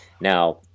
Now